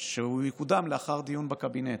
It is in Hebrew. שהוא יקודם לאחר דיון בקבינט.